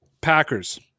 Packers